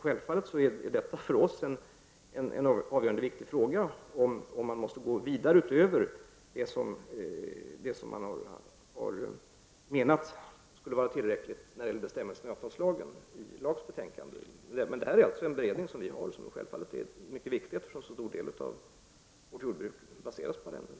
Självfallet är det en viktig och avgörande fråga för regeringen om man måste gå vidare utöver det som i lagutskottets betänkande har sagts vara tillräckligt när det gäller bestämmelserna i avtalslagen. Men denna beredning som regeringen gör är naturligtvis mycket viktig, eftersom en så stor del av jordbruket baseras på arrenden.